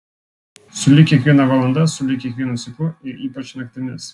sulig kiekviena valanda sulig kiekvienu ciklu ir ypač naktimis